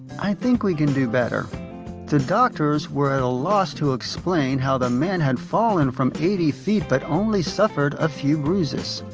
i think we can do better the doctors were at a loss to explain how the man had fallen from eighty feet but only suffered a few bruises.